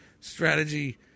strategy